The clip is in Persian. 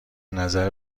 نظر